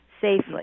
safely